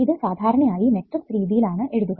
ഇത് സാധാരണയായി മെട്രിക്സ് രീതിയിൽ ആണ് എഴുതുക